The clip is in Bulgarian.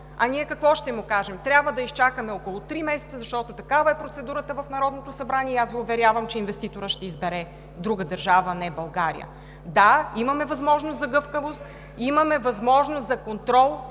А ние какво ще му кажем? Трябва да изчакаме около три месеца, защото такава е процедурата в Народното събрание и аз Ви уверявам, че инвеститорът ще избере друга държава, а не България. Да, имаме възможност за гъвкавост, имаме възможност за контрол,